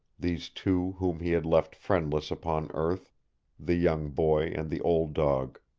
these two whom he had left friendless upon earth the young boy and the old dog.